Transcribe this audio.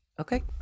okay